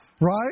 Right